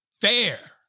fair